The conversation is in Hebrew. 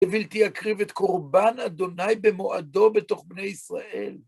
ובלתי אקריב את קורבן אדוני במועדו בתוך בני ישראל.